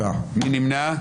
מי נמנע?